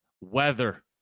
Weather